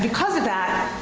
because of that,